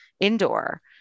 indoor